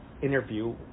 interview